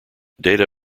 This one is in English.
data